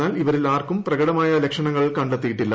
എന്നാൽ ഇവരിൽ ആർക്കും പ്രകടമായ ലക്ഷണങ്ങൾ കണ്ടെത്തിയിട്ടില്ല